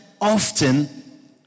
often